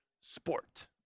sport